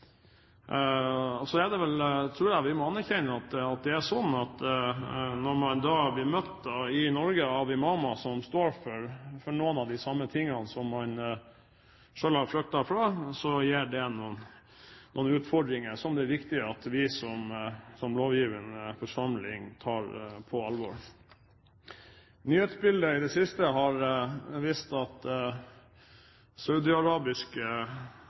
Så jeg tror vi må anerkjenne at når man i Norge blir møtt av imamer som står for noen av de samme tingene som man selv har flyktet fra, gir det noen utfordringer som det er viktig at vi som lovgivende forsamling tar på alvor. Nyhetsbildet i det siste har vist at saudiarabiske